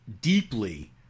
deeply